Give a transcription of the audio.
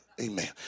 amen